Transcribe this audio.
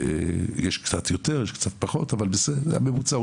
יש קצת יותר וקצת פחות אבל זה הממוצע.